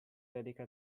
dedica